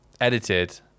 edited